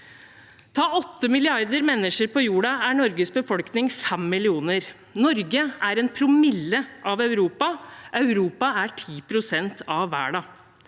åtte milliarder mennesker på jorda er Norges befolkning fem millioner. Norge er en promille av Europa. Europa er 10 pst. av verden.